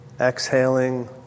Exhaling